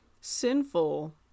sinful